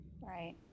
Right